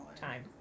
time